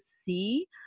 see